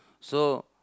so